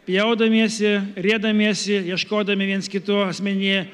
pjaudamiesi riedamiesi ieškodami viens kitų asmeny